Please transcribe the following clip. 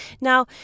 Now